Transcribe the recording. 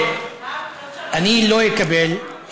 לא אקבל,